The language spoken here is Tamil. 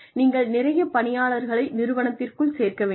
நீங்கள் நிறைய பணியாளர்களை நிறுவனத்திற்குள் சேர்க்க வேண்டும்